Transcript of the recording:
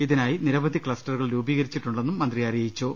ഇതിനായി നിരവധി ക്ലസ്റ്ററുകൾ രൂപീകരിച്ചിട്ടുണ്ടെന്നും മന്ത്രി അറി യിച്ചു